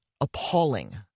appalling